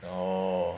oh